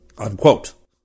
Unquote